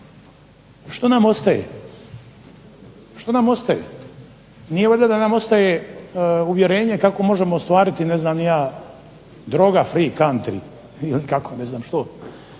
ona ima. Što nam ostaje? Nije valjda da nam ostaje uvjerenje kako možemo ostvariti ne znam ni ja droga free country ili kako ne znam što.